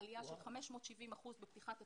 עלייה של 570 אחוזים בפתיחת התיקים,